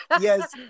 yes